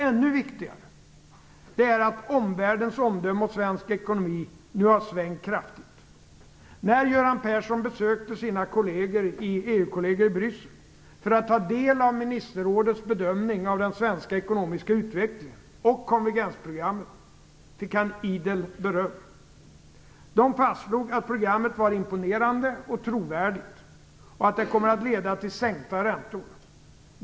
Ännu viktigare är kanske att omvärldens omdöme om svensk ekonomi har svängt kraftigt. När Göran Persson besökte sina EU-kolleger i Bryssel för att ta del av ministerrådets bedömning av den svenska ekonomiska utvecklingen och konvergensprogrammet fick han idel beröm. De fastslog att programmet var imponerande och trovärdigt och att det kommer att leda till sänkta räntor.